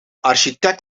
architect